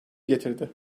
getirdi